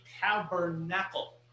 tabernacle